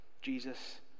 jesus